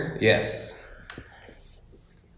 Yes